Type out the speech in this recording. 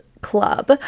club